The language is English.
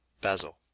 Basil